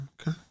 Okay